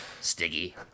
Sticky